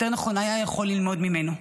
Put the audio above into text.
יותר נכון יכולים היו ללמוד ממנו.